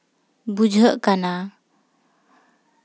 ᱵᱩᱡᱷᱟᱹᱜ ᱠᱟᱱᱟ